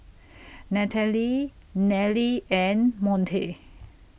Nathaly Nellie and Monte